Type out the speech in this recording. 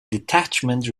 detachment